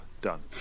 done